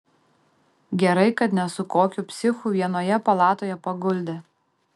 gerai kad ne su kokiu psichu vienoje palatoje paguldė